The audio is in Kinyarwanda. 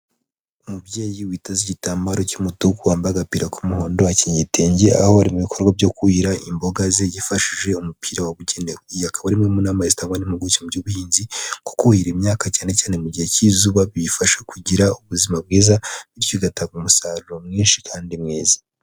Umubyeyi witeze igitambaro cy'umutuku, wambaye agapira k'umuhondo, akenyeye igitenge aho ari mu bikorwa byo kuhira imboga ze yifashije umupira wabugenewe. Iyi akaba ari imwe mu nama zitangwa n'impuguke by'ubuhinzi, ko kuhira imyaka cyane cyane mu gihe cy'izuba biyifasha kugira ubuzima bwiza, bityo bigatanga umusaruro mwinshi kandi mwiza.